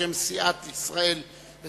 בשם סיעת ישראל ביתנו.